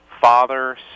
Father